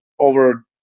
Over